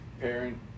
parent